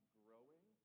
growing